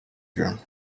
dream